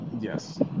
Yes